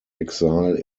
exile